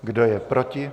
Kdo je proti?